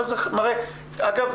אבל אגב,